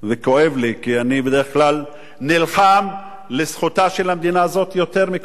כי אני בדרך כלל נלחם לזכותה של המדינה הזאת יותר מכל אזרח אחר,